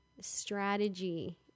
strategy